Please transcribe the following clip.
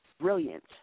brilliant